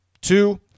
Two